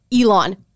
Elon